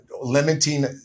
limiting